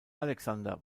alexander